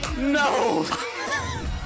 NO